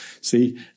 See